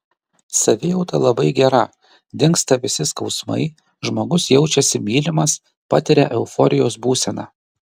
savijauta labai gera dingsta visi skausmai žmogus jaučiasi mylimas patiria euforijos būseną